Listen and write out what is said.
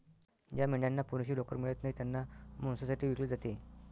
ज्या मेंढ्यांना पुरेशी लोकर मिळत नाही त्यांना मांसासाठी विकले जाते